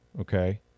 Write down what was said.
Okay